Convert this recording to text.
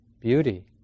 beauty